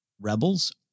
Rebels